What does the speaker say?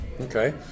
okay